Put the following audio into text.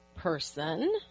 Person